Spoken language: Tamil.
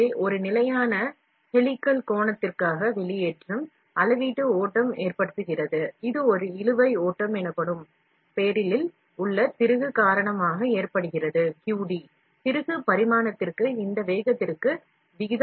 எனவே ஒரு நிலையான ஹெலிகல் கோணத்திற்கான வெளியேற்றம் என்பது அளவீட்டு ஓட்டம் barrel ல் உள்ள திருகு காரணமாக ஏற்படுகிறது இது ஒரு இழுவை ஓட்டம் என்று அழைக்கப்படுகிறது QD ஆனது திருகுஅளவியின் பரிமாணம் மற்றும் வேகத்திற்கு நேர் விகிதத்தில் இருக்கும்